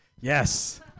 Yes